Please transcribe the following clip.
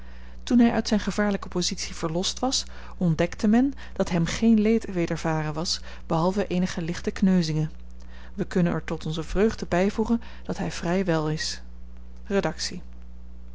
toen hij uit zijn gevaarlijke positie verlost was ontdekte men dat hem geen leed wedervaren was behalve eenige lichte kneuzingen we kunnen er tot onze vreugde bijvoegen dat hij vrij wel is